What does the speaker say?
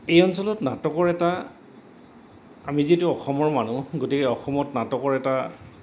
এই অঞ্চলত নাটকৰ এটা আমি যিহেতু অসমৰ মানুহ গতিকে অসমত নাটকৰ এটা